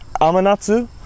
Amanatsu